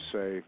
say